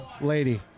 lady